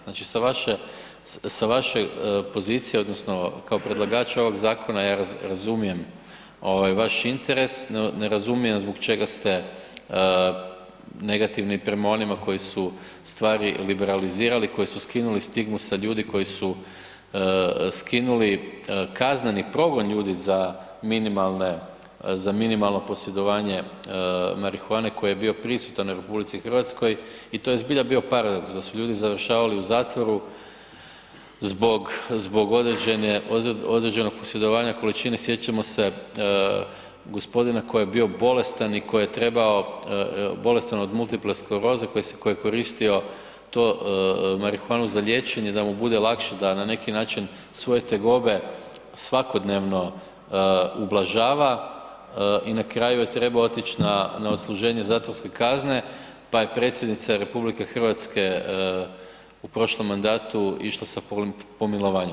Znači sa vaše pozicije, odnosno predlagača ovog zakona, ja razumijem vaš interes, no ne razumijem zbog čega ste negativni prema onima koji su stvari liberalizirali, koji su skinuli stigmu sa ljudi koji su skinuli kazneni progon ljudi za minimalno posjedovanje marihuane koji je bio prisutan u RH i to je zbilja bio paradoks, da su ljudi završavali u zatvoru zbog određenog posjedovanja količine, sjećamo se, gospodina koji je bio bolestan i koji je trebao, bolestan od multiple skleroze koji je koristio to, marihuanu za liječenje, da mu bude lakše, da na neki način svoje tegobe svakodnevno ublažava i na kraju je treba otići na odsluženje zatvorske kazne pa je predsjednica RH u prošlom mandatu išla sa pomilovanjem.